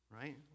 right